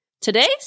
Today's